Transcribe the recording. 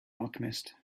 alchemist